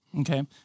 Okay